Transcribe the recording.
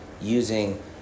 using